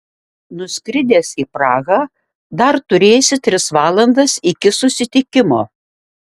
nuskridęs į prahą dar turėsi tris valandas iki susitikimo